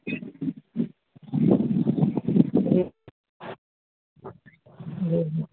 جی جی جی